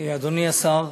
אדוני השר,